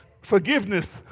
Forgiveness